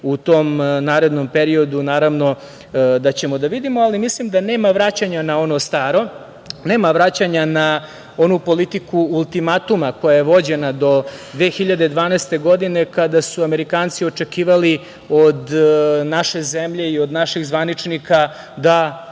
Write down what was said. u tom narednom periodu, naravno, videćemo, ali mislim da nema vraćanja na ono staro, nema vraćanja na onu politiku ultimatuma koja je vođena do 2012. godine kada su Amerikanci očekivali od naših zemlje i od naših zvaničnika da